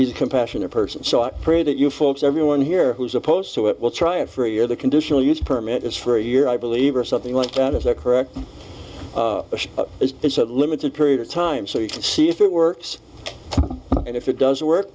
he's a compassionate person so i pray that you folks everyone here who's opposed to it will try it for a year the conditional use permit is for a year i believe or something like that is that correct is it's a limited period of time so you can see if it works and if it does work